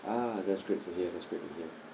ah that's great to hear that's great to hear